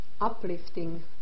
uplifting